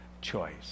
choice